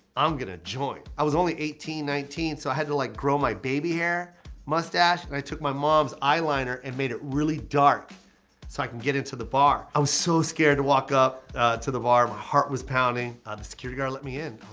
i'm gonna join. i was only eighteen, nineteen, so i had to like grow my baby hair mustache, and i took my mom's eyeliner and made it really dark so i can get into the bar. i was so scared to walk up to the bar, my heart was pounding. um the security guard let me in,